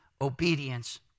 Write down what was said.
obedience